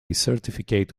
certificate